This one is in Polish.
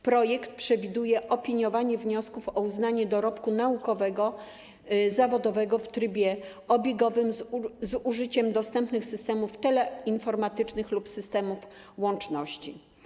Projekt przewiduje opiniowanie wniosków o uznanie dorobku naukowego, zawodowego w trybie obiegowym z użyciem dostępnych systemów teleinformatycznych lub systemów łączności.